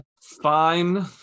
Fine